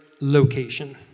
location